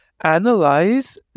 analyze